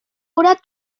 oder